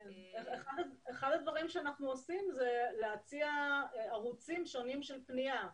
אחד הדברים שאנחנו עושים זה להציע ערוצים שונים של פנייה.